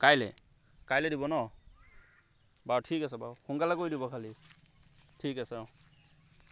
কাইলৈ কাইলৈ দিব ন বাৰু ঠিক আছে বাৰু সোনকালে কৰি দিব খালী ঠিক আছে অঁ